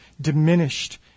diminished